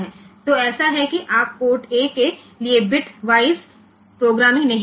तो ऐसा है कि आप पोर्ट ए के लिए बिट वाइज प्रोग्रामिंग नहीं कर सकते